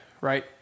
right